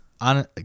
on